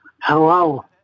Hello